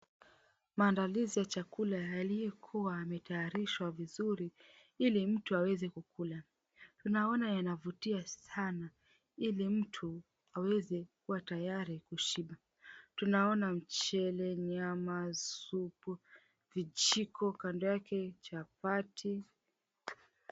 Maandalizi ya chakula yaliyokuwa yametayarishwa vizuri ili mtu aweze kukula. Tunaona yanavutia sana ili mtu aweze kuwa tayari kushiba. Tunaona mchele, nyama, supu, vijiko kando yake chapati.